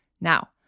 Now